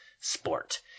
sport